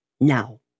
Now